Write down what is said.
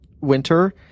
winter